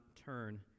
turn